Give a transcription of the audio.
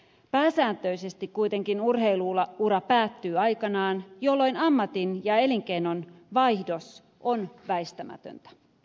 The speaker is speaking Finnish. pääsääntöisesti kuitenkin urheilu ura päättyy aikanaan jolloin ammatin ja elinkeinon vaihdos on väistämätöntä